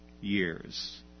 years